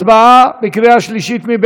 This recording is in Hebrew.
הצבעה בקריאה שלישית.